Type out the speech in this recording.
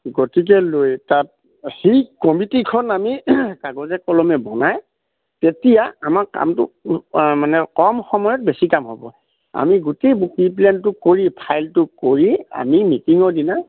গতিকে লৈ তাত সেই কমিটিখন আমি কাগজে কলমে বনাই তেতিয়া আমাৰ কামটো মানে কম সময়ত বেছি কাম হ'ব আমি গোটেই প্লেনটো কৰি ফাইলটো কৰি আমি মিটিঙৰ দিনা